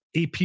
AP